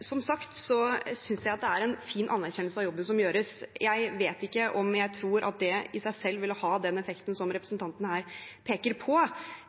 Som sagt synes jeg at det er en fin anerkjennelse av jobben som gjøres. Jeg vet ikke om jeg tror at det i seg selv ville ha den effekten som representanten her peker på.